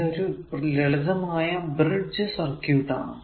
ഇതൊരു ലളിതമായ bridge circuit ആണ്